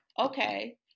Okay